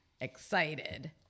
excited